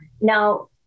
Now